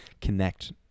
connect